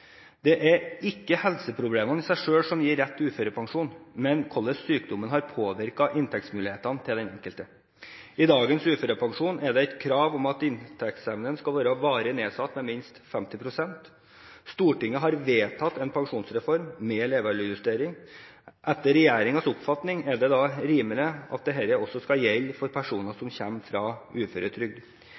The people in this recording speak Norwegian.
Det er ikke helseproblemene i seg selv som gir rett til uførepensjon, men hvordan sykdommen har påvirket inntektsmulighetene til den enkelte. I dagens uførepensjon er det krav om at inntektsevnen skal være varig nedsatt med minst 50 pst. Stortinget har vedtatt en pensjonsreform med levealdersjustering. Etter regjeringens oppfatning er det rimelig at dette også skal gjelde for personer som kommer fra uføretrygd.